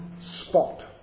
spot